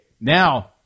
now